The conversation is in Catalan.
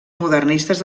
modernistes